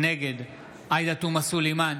נגד עאידה תומא סלימאן,